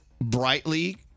brightly